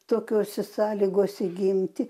tokiose sąlygose gimti